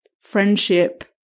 friendship